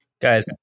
Guys